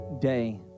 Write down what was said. day